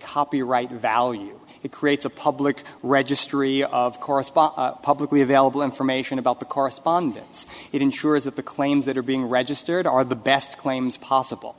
copyright value it creates a public registry of correspond publicly available information about the correspondence it ensures that the claims that are being registered are the best claims possible